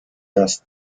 das